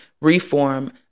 reform